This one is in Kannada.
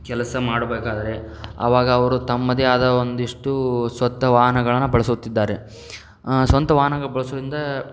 ಕೆಲಸ ಮಾಡಬೇಕಾದ್ರೆ ಅವಾಗ ಅವರು ತಮ್ಮದೇ ಆದ ಒಂದಿಷ್ಟೂ ಸ್ವತ್ತ ವಾಹನಗಳನ್ನು ಬಳಸುತ್ತಿದ್ದಾರೆ ಸ್ವಂತ ವಾಹನಗಳ ಬಳಸುವುದಿಂದ